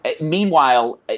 Meanwhile